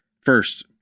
First